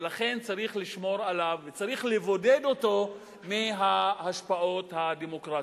ולכן צריך לשמור עליו וצריך לבודד אותו מההשפעות הדמוקרטיות.